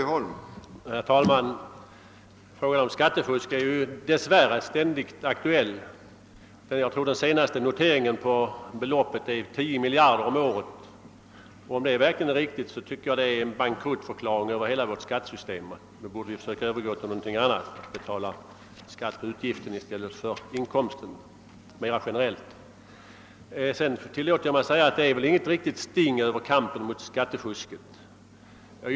Herr talman! Frågan om skattefusk är dess värre ständigt aktuell — den senaste noteringen på beloppet är, tror jag, 10 miljarder kronor om året. Om den summan är riktig tycker jag att den är en bankruttförklaring av hela vårt skattesystem; då borde vi gå över till något annat, t.ex. mera generellt betala skatt på utgiften i stället för på inkomsten. Jag tillåter mig påstå att det inte är något riktigt sting över kampen mot skattefusket.